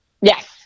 Yes